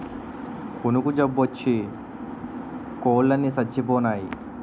కునుకు జబ్బోచ్చి కోలన్ని సచ్చిపోనాయి